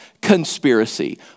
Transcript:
conspiracy